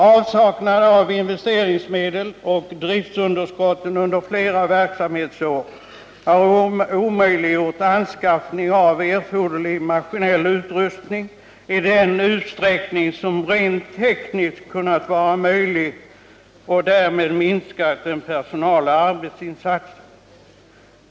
Avsaknad av investeringsmedel och driftsunderskotten under flera verksamhetsår har omöjliggjort anskaffning av erforderlig maskinell utrustning i den utsträckning som rent tekniskt kunnat vara möjlig och därmed minska den personella insatsen.